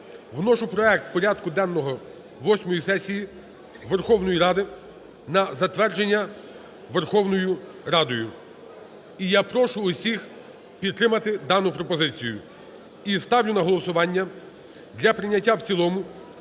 вношу проект порядку денного восьмої сесії Верховної Ради на затвердження Верховною Радою. І я прошу всіх підтримати дану пропозицію. І я ставлю на голосування для прийняття в цілому